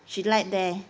she like there